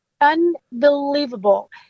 unbelievable